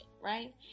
right